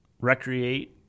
recreate